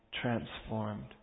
transformed